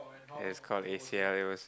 it's called a_c_l it was